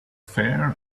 fair